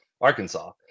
Arkansas